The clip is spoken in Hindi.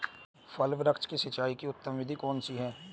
फल वृक्ष की सिंचाई की उत्तम विधि कौन सी है?